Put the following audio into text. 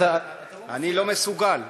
אני לא מסוגל.